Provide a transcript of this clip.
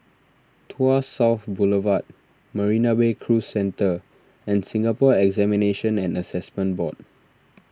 Tuas South Boulevard Marina Bay Cruise Centre and Singapore Examinations and Assessment Board